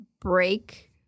break